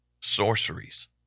Sorceries